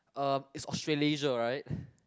um it's Australasia right